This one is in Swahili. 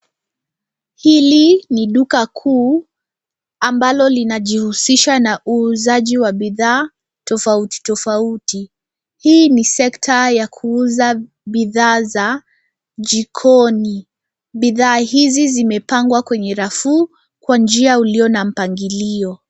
Hili ni duka kuu ambalo linajihusisha na uuzajin wa bidhaa tofauti tofauti. Hii ni sekta ya kuuza bidhaa za jikoni. Bidhaa hizi zimepangwa kwenye rafu kwa njia ulio na mpangilio.